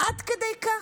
עד כדי כך?